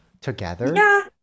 together